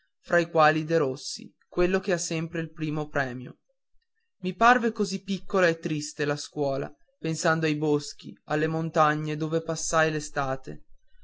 fra i quali derossi quello che ha sempre il primo premio i parve così piccola e triste la scuola pensando ai boschi alle montagne dove passai